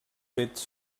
fets